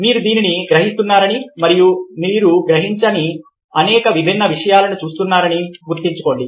కాబట్టి మీరు దీనిని గ్రహిస్తున్నారని మరియు మీరు గ్రహించని అనేక విభిన్న విషయాలను చూస్తున్నారని గుర్తించండి